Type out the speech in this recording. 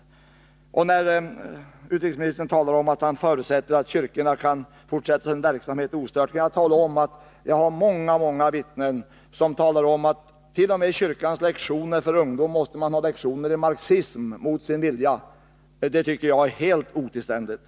19 När utrikesministern säger i svaret att han förutsätter att kyrkorna ostört kan fortsätta sin verksamhet, kan jag tala om att många vittnen säger att man t.o.m. i kyrkornas undervisning för ungdomar mot sin vilja måste ha lektioner i marxism. Det tycker jag är helt otillständigt.